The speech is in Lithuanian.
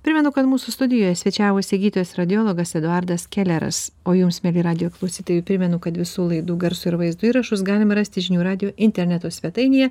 primenu kad mūsų studijoje svečiavosi gydytojas radiologas eduardas keleras o jums mieli radijo klausytojai primenu kad visų laidų garso ir vaizdo įrašus galima rasti žinių radijo interneto svetainėje